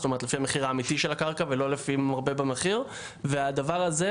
זאת אומרת לפי המחיר האמיתי של הקרקע ולא לפי המרבה במחיר והדבר הזה,